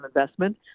investment